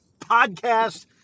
podcast